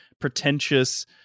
pretentious